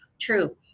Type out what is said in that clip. true